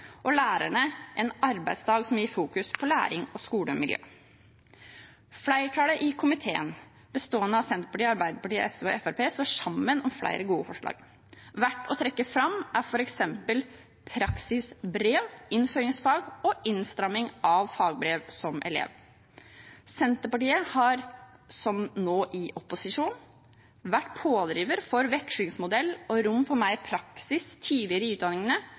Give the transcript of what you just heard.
og lærerne en arbeidsdag som fokuserer på læring og skolemiljø. Flertallet i komiteen, bestående av Senterpartiet, Arbeiderpartiet, SV og Fremskrittspartiet, står sammen om flere gode forslag. Verdt å trekke fram er f.eks. praksisbrev, innføringsfag og innstramming av fagbrev som elev. Senterpartiet har – som nå, i opposisjon – vært pådriver for vekslingsmodell og rom for mer praksis tidligere i utdanningene